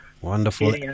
Wonderful